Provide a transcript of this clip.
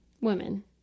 women